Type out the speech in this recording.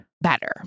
better